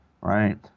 right